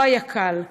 לא היה קל.